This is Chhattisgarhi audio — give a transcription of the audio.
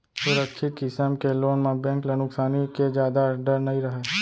सुरक्छित किसम के लोन म बेंक ल नुकसानी के जादा डर नइ रहय